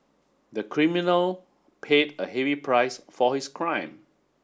the criminal paid a heavy price for his crime